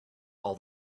all